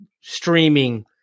streaming